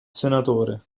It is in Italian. senatore